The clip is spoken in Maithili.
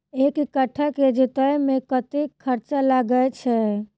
एक कट्ठा केँ जोतय मे कतेक खर्चा लागै छै?